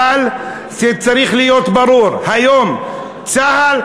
אבל צריך להיות ברור: היום צה"ל,